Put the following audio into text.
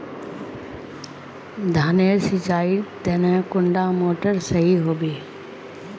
धानेर नेर सिंचाईर तने कुंडा मोटर सही होबे?